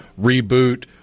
reboot